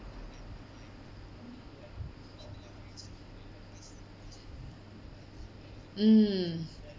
mmhmm